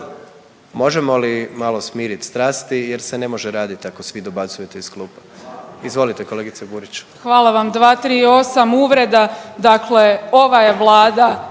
Možemo li malo smiriti strasti jer se ne može radit ako svi dobacujete iz klupe? Izvolite kolegice Burić. **Burić, Majda (HDZ)** Hvala vam. 238, uvreda, dakle ova je Vlada